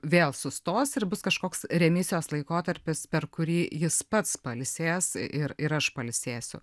vėl sustos ir bus kažkoks remisijos laikotarpis per kurį jis pats pailsės ir ir aš pailsėsiu